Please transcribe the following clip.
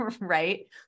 right